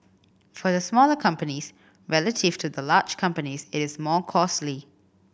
for the smaller companies relative to the large companies it is more costly